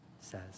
says